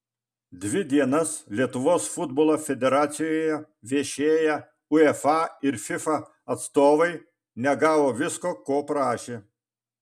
dvi dienas lietuvos futbolo federacijoje viešėję uefa ir fifa atstovai negavo visko ko prašė